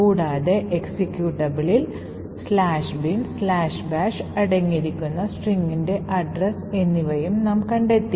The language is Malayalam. കൂടാതെ എക്സിക്യൂട്ടബിളിൽ "binbash" അടങ്ങിയിരിക്കുന്ന സ്ട്രിംഗിന്റെ അഡ്രസ്സ് എന്നിവയും നാം കണ്ടെത്തി